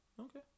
Okay